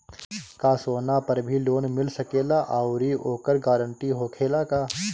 का सोना पर भी लोन मिल सकेला आउरी ओकर गारेंटी होखेला का?